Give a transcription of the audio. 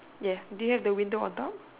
yeah do you have the window on top